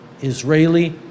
israeli